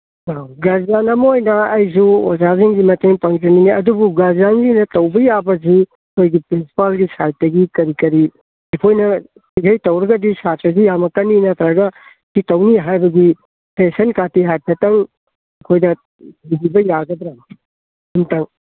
ꯑ ꯒꯥꯔꯖꯤꯌꯥꯟ ꯑꯃ ꯑꯣꯏꯅ ꯑꯩꯁꯨ ꯑꯣꯖꯥꯁꯤꯡꯒꯤ ꯃꯇꯦꯡ ꯄꯥꯡꯖꯅꯤꯡꯏ ꯑꯗꯨꯕꯨ ꯒꯥꯔꯖꯤꯌꯥꯟꯁꯤꯡꯅ ꯇꯧꯕ ꯌꯥꯕꯁꯨ ꯑꯩꯈꯣꯏꯒꯤ ꯄ꯭ꯔꯤꯟꯁꯤꯄꯥꯜꯒꯤ ꯁꯥꯏꯠꯇꯒꯤ ꯀꯔꯤ ꯀꯔꯤ ꯑꯩꯈꯣꯏꯅ ꯁꯤꯒꯩ ꯇꯧꯔꯒꯗꯤ ꯁꯥꯇ꯭ꯔꯁꯤ ꯌꯥꯝꯃꯛꯀꯅꯤ ꯅꯠꯇ꯭ꯔꯒ ꯁꯤ ꯇꯧꯅꯤ ꯍꯥꯏꯕꯒꯤ ꯁꯖꯦꯁꯟꯒꯗꯤ ꯍꯥꯏꯐꯦꯠꯇꯪ ꯑꯩꯈꯣꯏꯗ ꯌꯥꯒꯗ꯭ꯔꯥ